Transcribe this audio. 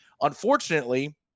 unfortunately